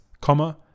comma